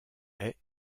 est